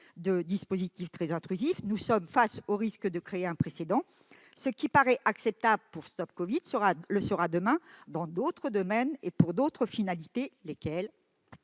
de dispositifs très intrusifs. Nous sommes face au risque de créer un précédent. Ce qui paraît acceptable pour StopCovid le sera demain dans d'autres domaines et pour d'autres finalités. Lesquelles